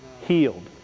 healed